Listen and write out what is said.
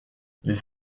les